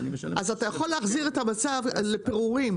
אז אתה יכול להחזיר את המצב לפרורים,